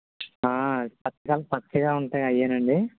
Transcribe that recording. పచ్చ కాయలు పచ్చగా ఉంటాయి అవేనండి